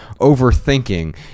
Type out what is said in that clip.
overthinking